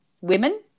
women